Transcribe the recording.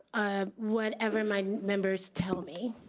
ah whatever my members tell me,